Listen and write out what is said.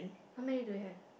how many do you have